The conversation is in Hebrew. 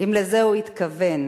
אם לזה הוא התכוון.